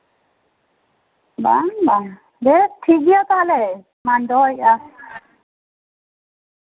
ᱵᱟᱝ ᱵᱟᱝ ᱵᱮᱥ ᱴᱷᱤᱠ ᱜᱮᱭᱟ ᱛᱟᱦᱚᱞᱮ ᱢᱟᱧ ᱫᱚᱦᱚᱭᱮᱫᱟ